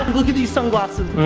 look at these sunglasses.